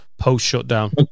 post-shutdown